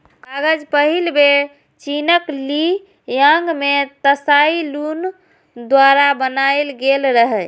कागज पहिल बेर चीनक ली यांग मे त्साई लुन द्वारा बनाएल गेल रहै